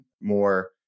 more